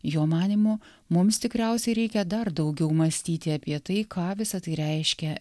jo manymu mums tikriausiai reikia dar daugiau mąstyti apie tai ką visa tai reiškia